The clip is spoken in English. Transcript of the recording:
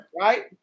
Right